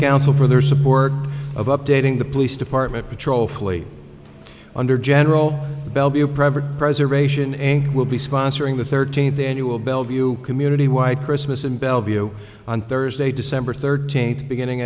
council for their support of updating the police department patrol fleet under general bell be a private preservation and will be sponsoring the thirteenth annual bellevue community wide christmas in bellevue on thursday december thirteenth beginning